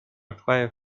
acquire